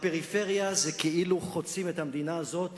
הפריפריה היא כאילו חוצים את המדינה הזאת